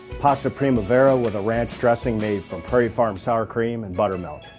pasta primavera with a ranch dressing made from prairie farms sour cream and buttermilk.